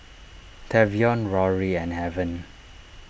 Tavion Rory and Heaven